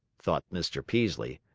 thought mr. peaslee,